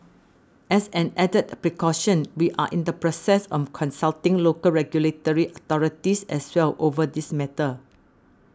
as an added precaution we are in the process of consulting local regulatory authorities as well over this matter